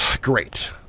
Great